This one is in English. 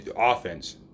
offense